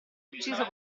ucciso